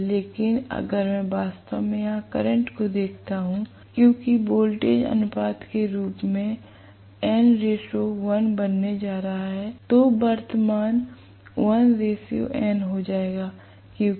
लेकिन अगर मैं वास्तव में यहां करंट को देखता हूं क्योंकि वोल्टेज अनुपात के रूप में n 1 बनने जा रहा है तो वर्तमान 1 n हो जाएगा क्योंकि